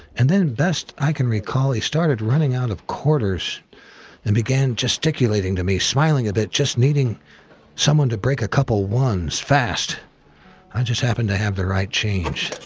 and then best i can recall, he started running out of quarters and began just gesticulating to me smiling a bit, just needing someone to break a couple ones fast. i just happened to have the right change.